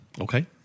Okay